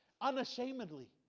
unashamedly